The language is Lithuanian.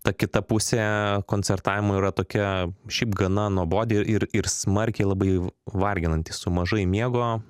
ta kita pusė koncertavimo yra tokia šiaip gana nuobodi ir ir smarkiai labai varginanti su mažai miego